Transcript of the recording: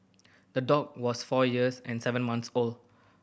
the dog was four years and seven month old